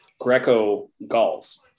Greco-Gauls